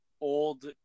old